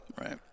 Right